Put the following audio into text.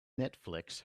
netflix